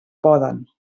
poden